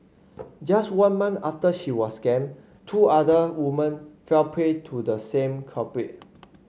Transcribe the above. just one month after she was scammed two other women fell prey to the same culprit